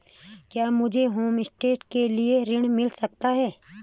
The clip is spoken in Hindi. क्या मुझे होमस्टे के लिए ऋण मिल सकता है?